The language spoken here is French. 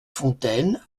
fontaine